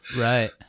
right